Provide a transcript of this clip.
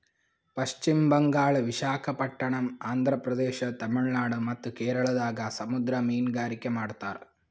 ಪಶ್ಚಿಮ್ ಬಂಗಾಳ್, ವಿಶಾಖಪಟ್ಟಣಮ್, ಆಂಧ್ರ ಪ್ರದೇಶ, ತಮಿಳುನಾಡ್ ಮತ್ತ್ ಕೇರಳದಾಗ್ ಸಮುದ್ರ ಮೀನ್ಗಾರಿಕೆ ಮಾಡ್ತಾರ